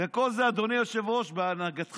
וכל זה, אדוני היושב-ראש, בהנהגתך.